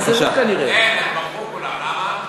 היושב-ראש ביקש, אני מכבד את זה.